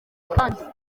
kandi